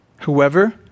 Whoever